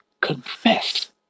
Confess